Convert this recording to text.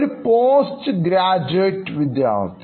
ഒരു post graduate വിദ്യാർത്ഥി